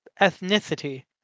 ethnicity